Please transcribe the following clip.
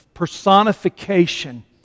personification